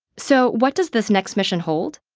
so what does this next mission hold?